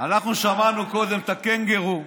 אנחנו שמענו קודם את הקנגורו המדלג,